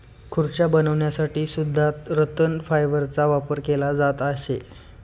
खुर्च्या बनवण्यासाठी सुद्धा रतन फायबरचा वापर केला जात असे